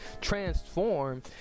transform